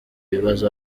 bibazo